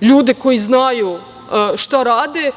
ljude koji znaju šta rade,